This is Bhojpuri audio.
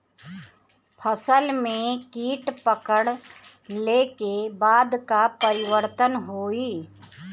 फसल में कीट पकड़ ले के बाद का परिवर्तन होई?